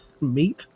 meat